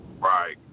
Right